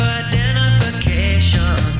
identification